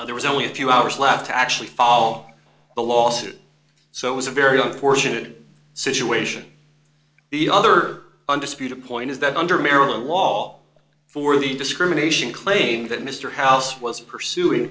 away there was only a few hours left to actually follow the lawsuit so it was a very unfortunate situation the other undisputed point is that under maryland law for the discrimination claim that mr house was pursuing